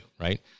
right